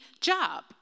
job